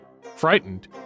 Frightened